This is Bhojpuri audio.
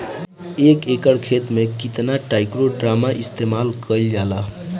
एक एकड़ खेत में कितना ट्राइकोडर्मा इस्तेमाल कईल जाला?